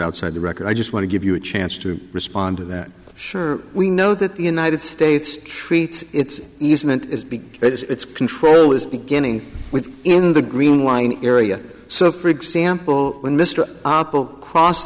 outside the record i just want to give you a chance to respond to that sure we know that the united states treats its easement as big its control is beginning with in the green line area so for example when mr oppal crossed